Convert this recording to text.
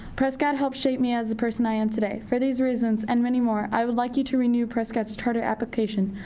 prescott helped shape me as the person i am today. for these reasons, and many more, i would like you to renew prescott's charter application.